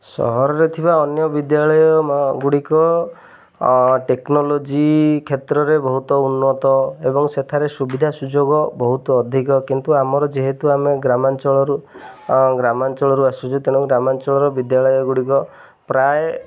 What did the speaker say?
ସହରରେ ଥିବା ଅନ୍ୟ ବିଦ୍ୟାଳୟ ଗୁଡ଼ିକ ଟେକ୍ନୋଲୋଜି କ୍ଷେତ୍ରରେ ବହୁତ ଉନ୍ନତ ଏବଂ ସେଠାରେ ସୁବିଧା ସୁଯୋଗ ବହୁତ ଅଧିକ କିନ୍ତୁ ଆମର ଯେହେତୁ ଆମେ ଗ୍ରାମାଞ୍ଚଳରୁ ଗ୍ରାମାଞ୍ଚଳରୁ ଆସୁଛୁ ତେଣୁ ଗ୍ରାମାଞ୍ଚଳର ବିଦ୍ୟାଳୟ ଗୁଡ଼ିକ ପ୍ରାୟ